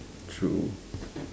true